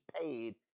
paid